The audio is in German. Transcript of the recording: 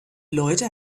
leute